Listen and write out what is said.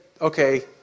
okay